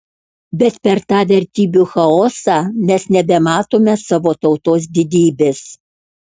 bet per tą vertybių chaosą mes nebematome savo tautos didybės